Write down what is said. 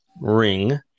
ring